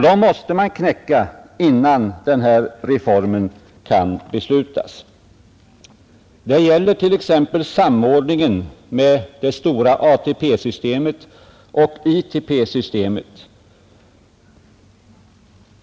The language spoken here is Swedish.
Dem måste man knäcka, innan den här reformen kan beslutas. Det gäller t.ex. samordningen med det stora ATP-systemet och ITP systemet.